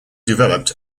developed